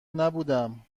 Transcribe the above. نبودم